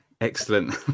Excellent